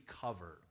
cover